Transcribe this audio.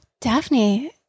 Daphne